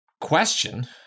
Question